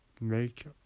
make